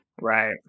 Right